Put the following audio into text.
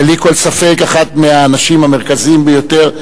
בלי כל ספק אחת מהאנשים המרכזיים ביותר,